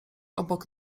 obok